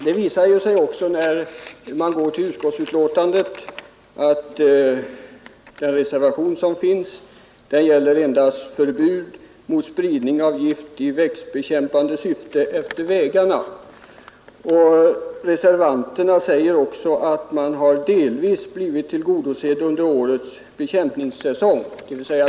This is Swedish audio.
När man går till utskottsbetänkandet visar det sig också att den reservation som finns endast gäller ”förbud mot spridning av gift i växtbekämpande syfte vid vägarna”. Reservanterna antar att motionens syfte ”delvis tillgodosetts under årets bekämpningssäsong”.